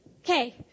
Okay